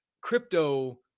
crypto